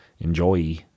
Enjoy